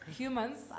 humans